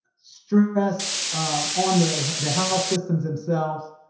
stress on the house systems themselves.